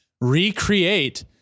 recreate